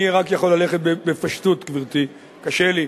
אני רק יכול ללכת בפשטות, גברתי, קשה לי,